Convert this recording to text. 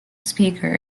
speaker